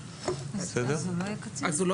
אז הוא לא יהיה קצין?